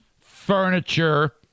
furniture